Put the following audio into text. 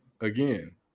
again